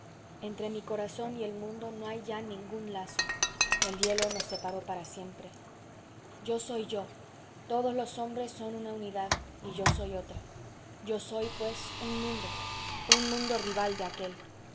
entre mi corazón y el mundo no hay ya ningún lazo el hielo nos separó para siempre yo soy yo todos los hombres son una unidad y yo soy otra yo soy pues un mundo un mundo rival de aquél